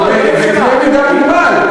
אבל בקנה מידה מוגבל.